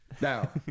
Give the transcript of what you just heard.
Now